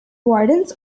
wardens